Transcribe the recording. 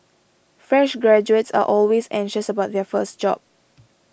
fresh graduates are always anxious about their first job